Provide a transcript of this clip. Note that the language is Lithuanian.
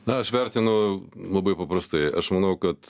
na aš vertinu labai paprastai aš manau kad